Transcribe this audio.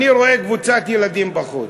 אני רואה קבוצת ילדים בחוץ.